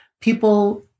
people